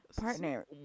partner